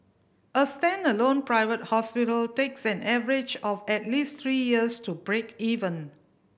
a standalone private hospital takes an average of at least three years to break even